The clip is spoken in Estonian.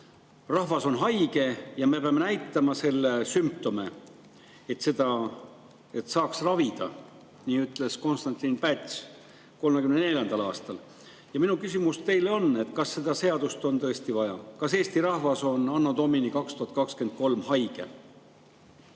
"Rahvas on haige ja me peame näitama selle sümptome, et seda ravida saaks." Nii ütles Konstantin Päts 1934. aastal. Minu küsimus teile on: kas seda seadust on tõesti vaja? Kas Eesti rahvas onanno Domini2023 haige?